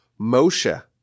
Moshe